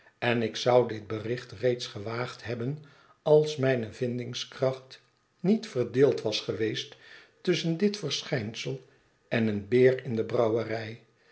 en ik zou dit bericht reeds gewaagd hebben als mijne vindingskracht niet verdeeld was geweest tusschen dit verschijnsel en een beer in de brouwerij